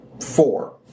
four